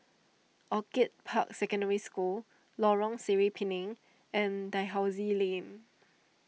Orchid Park Secondary School Lorong Sireh Pinang and Dalhousie Lane